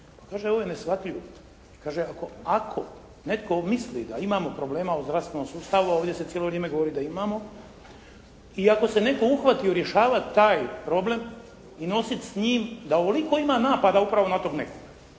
Kaže ovo je neshvatljivo. Kaže ako netko misli da imamo problema u zdravstvenom sustavu, a ovdje se cijelo vrijeme govori da imamo i ako se netko uhvati rješavati taj problem i nositi s njim da ovoliko ima napada upravo na … /Ne